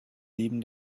leben